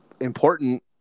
important